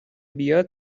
بیاد